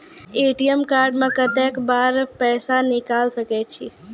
ATM card से कत्तेक बेर पैसा निकाल सके छी?